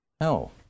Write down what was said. No